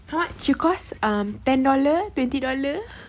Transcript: how much it cost um ten dollar twenty dollar